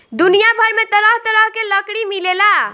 दुनिया भर में तरह तरह के लकड़ी मिलेला